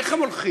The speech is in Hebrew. איך הם הולכים?